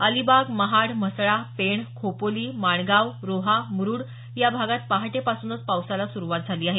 अलिबाग महाड म्हसळा पेण खोपोली माणगाव रोहा मुरुड या भागात पहाटे पासूनच पावसाला सुरूवात झाली आहे